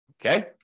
Okay